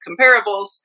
comparables